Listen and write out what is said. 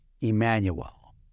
Emmanuel